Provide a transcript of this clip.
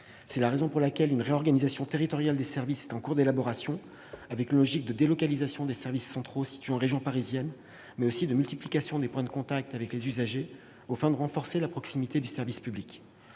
la raison pour laquelle une réorganisation territoriale des services est en cours d'élaboration, dans une logique de délocalisation des services centraux situés en région parisienne et de multiplication des points de contact avec les usagers, aux fins de renforcer la proximité du service public.